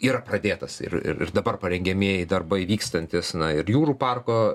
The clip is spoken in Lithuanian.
yra pradėtas ir ir ir dabar parengiamieji darbai vykstantys na ir jūrų parko